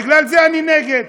בגלל זה אני נגד.